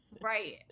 right